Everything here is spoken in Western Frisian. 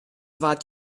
waard